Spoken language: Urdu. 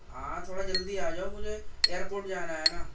ہاں تھوڑا جلدی آ جاؤ مجھے ایئرپورٹ جانا ہے نا